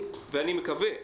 מבחינת